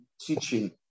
teaching